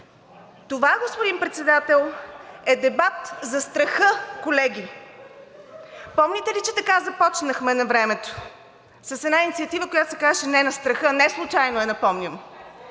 Това, господин Председател, е дебат за страха, колеги. Помните ли, че така започнахме навремето с една инициатива, която се казваше: „Не на страха!“ Неслучайно я напомням.